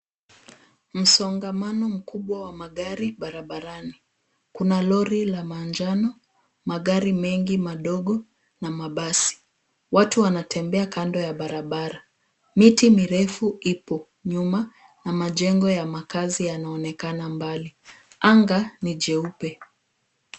Msongamano mkubwa wa magari barabarani. Kuna lori la manjano, magari mengi madogo na mabasi. Watu wanatembea kando ya barabara. Miti mirefu ipo nyuma na majengo ya makazi yanaonekana mbali. Anga ni jeupe.